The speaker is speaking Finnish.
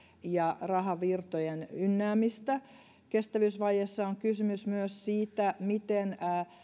ja rahavirtojen ynnäämistä kestävyysvajeessa on kysymys myös siitä miten